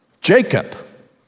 Jacob